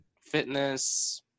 Fitness